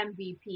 MVP